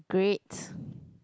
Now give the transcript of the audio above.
great